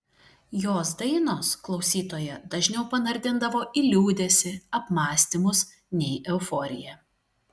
jos dainos klausytoją dažniau panardindavo į liūdesį apmąstymus nei euforiją